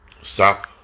Stop